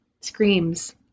screams